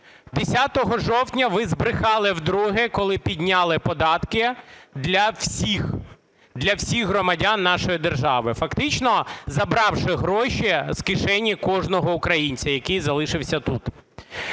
10 жовтня ви збрехали вдруге, коли підняли податки для всіх, для всіх громадян нашої держави, фактично забравши гроші з кишені кожного українця, який залишився тут.